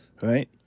right